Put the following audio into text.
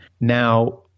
Now